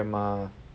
her grandma